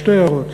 שתי הערות: